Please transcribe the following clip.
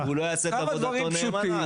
הוא לא יעשה את עבודתו נאמנה,